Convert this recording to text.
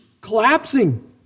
collapsing